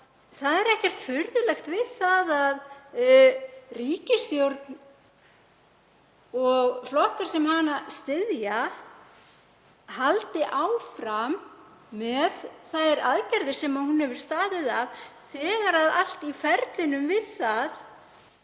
Það er ekkert furðulegt við það að ríkisstjórn og flokkar sem hana styðja haldi áfram með þær aðgerðir sem hún hefur staðið að, þegar allt í ferlinu við það